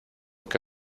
que